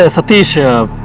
ah natasha